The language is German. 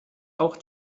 auch